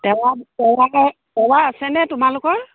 তেৱা তেৱাতে তেৱা আছেনে তোমালোকৰ